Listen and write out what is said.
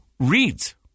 Reads